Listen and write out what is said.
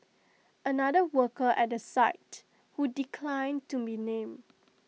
another worker at the site who declined to be named